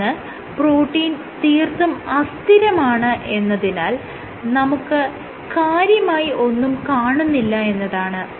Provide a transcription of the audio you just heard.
ഒന്ന് പ്രോട്ടീൻ തീർത്തും അസ്ഥിരമാണ് എന്നതിനാൽ നമുക്ക് കാര്യമായി ഒന്നും കാണുന്നില്ല എന്നതാണ്